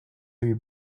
three